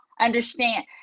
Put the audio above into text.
understand